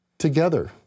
together